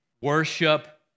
worship